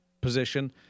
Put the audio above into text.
position